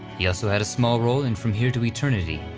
he also had a small role in from here to eternity.